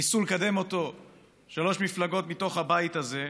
ניסו לקדם אותו שלוש מפלגות מתוך הבית הזה.